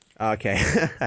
Okay